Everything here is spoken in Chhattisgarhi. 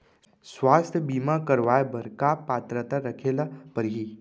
स्वास्थ्य बीमा करवाय बर का पात्रता रखे ल परही?